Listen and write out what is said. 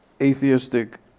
atheistic